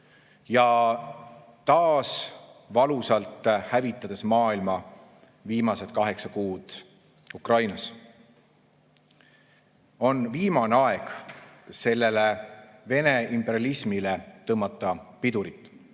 Ja taas valusalt hävitades maailma viimased kaheksa kuud Ukrainas. On viimane aeg sellele Vene imperialismile tõmmata pidurit.